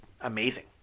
amazing